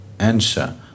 Answer